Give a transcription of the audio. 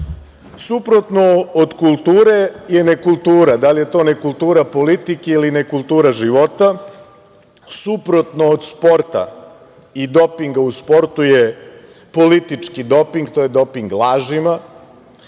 od kulture je nekultura. Da li je to nekultura politike, ili nekultura života. Suprotno od sporta i dopinga u sportu je politički doping, to je doping lažima.